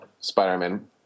Spider-Man